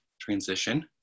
transition